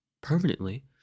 permanently